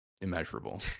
immeasurable